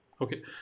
okay